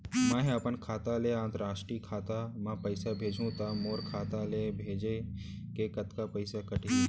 मै ह अपन खाता ले, अंतरराष्ट्रीय खाता मा पइसा भेजहु त मोर खाता ले, भेजे के कतका पइसा कटही?